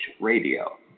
Radio